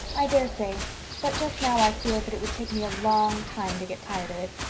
i daresay but just now i feel that it would take me a long time to get tired of it,